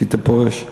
שהיית פורש.